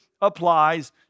applies